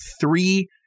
three